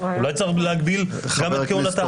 אולי צריך להגביל גם את כהונתם?